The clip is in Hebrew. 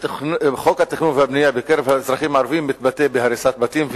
שחוק התכנון והבנייה בקרב האזרחים הערבים מתבטא בהריסת בתים,